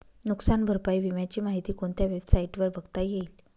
नुकसान भरपाई विम्याची माहिती कोणत्या वेबसाईटवर बघता येईल?